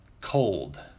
Cold